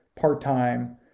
part-time